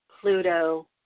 Pluto